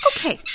Okay